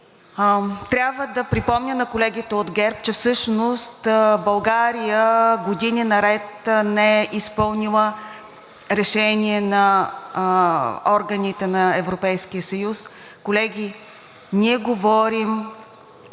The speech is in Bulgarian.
Трябва да припомня на колегите от ГЕРБ, че всъщност България години наред не е изпълнила решение на органите на Европейския съюз. Колеги, ние говорим